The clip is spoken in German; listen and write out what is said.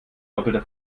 doppelter